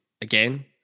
Again